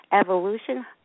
evolution